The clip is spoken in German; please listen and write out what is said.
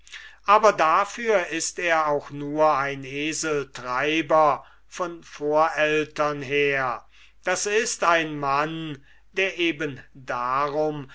aber dafür ist er auch nur ein eseltreiber von vorältern her d i ein mann der eben darum